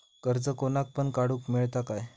कर्ज कोणाक पण काडूक मेलता काय?